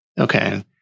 Okay